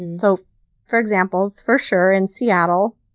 and so for example, for sure in seattle,